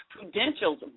prudential's